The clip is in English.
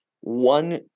one